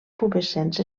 pubescents